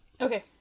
Okay